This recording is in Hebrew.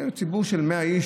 ציבור של 100 איש,